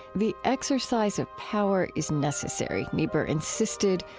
the exercise of power is necessary, niebuhr insisted,